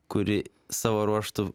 kuri savo ruožtu